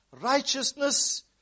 righteousness